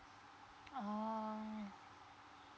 oh